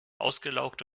ausgelaugt